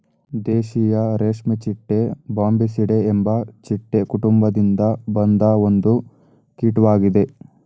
ದೇಶೀಯ ರೇಷ್ಮೆಚಿಟ್ಟೆ ಬಾಂಬಿಸಿಡೆ ಎಂಬ ಚಿಟ್ಟೆ ಕುಟುಂಬದಿಂದ ಬಂದ ಒಂದು ಕೀಟ್ವಾಗಿದೆ